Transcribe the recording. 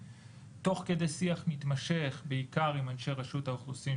תוך כדי שיח מתמשך בעיקר עם אנשי רשות האוכלוסין,